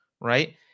right